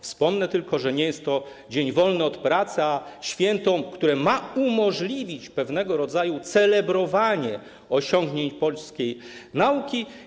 Wspomnę tylko, że nie jest to dzień wolny od pracy, lecz święto, które ma umożliwić pewnego rodzaju celebrowanie osiągnięć polskiej nauki.